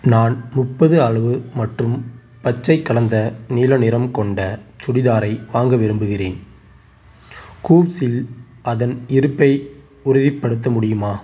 நான் முப்பது அளவு மற்றும் பச்சை கலந்த நீல நிறம் கொண்ட சுடிதாரை வாங்க விரும்புகிறேன் கூவ்ஸ்ஸில் அதன் இருப்பை உறுதிப்படுத்த முடியுமா